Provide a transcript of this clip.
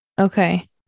Okay